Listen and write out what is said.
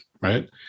right